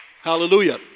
Hallelujah